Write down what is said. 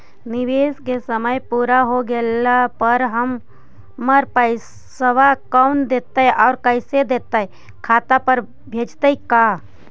निवेश के समय पुरा हो गेला पर हमर पैसबा कोन देतै और कैसे देतै खाता पर भेजतै का?